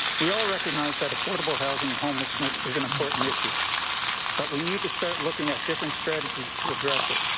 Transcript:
we all recognize that affordable housing and homelessness is an important issue but we need to start looking at different strategies to address it.